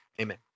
Amen